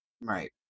Right